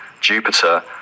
Jupiter